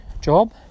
job